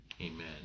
Amen